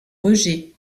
rejets